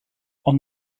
ond